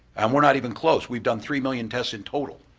um we're not even close, we've done three million tests in total.